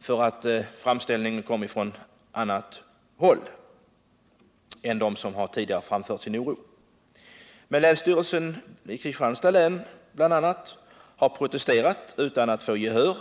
för att inbjudan kom från annat håll än från dem som tidigare har framfört sin oro. Men bl.a. länsstyrelsen i Kristianstads län har protesterat utan att få gehör.